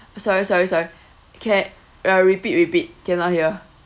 sorry sorry sorry can~ uh repeat repeat cannot hear